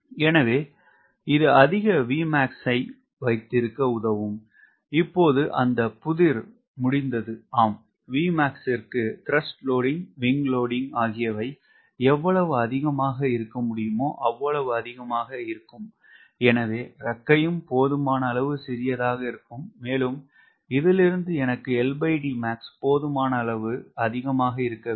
எனவே இது அதிக Vmax ஐ வைத்திருக்க உதவும் இப்போது அந்த புதிர் முடிந்தது ஆம் Vmax கிற்கு TW WS ஆகியவை எவ்வளவு அதிகமாக இருக்க முடியுமோ அவ்வளவு அதிகமாக இருக்கும் எனவே இறக்கையும் போதுமான அளவு சிறியதாக இருக்கும் மேலும் இதிலிருந்து எனக்கு போதுமான அளவு அதிகமாக இருக்க வேண்டும்